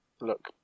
look